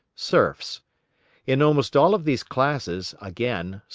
serfs in almost all of these classes, again,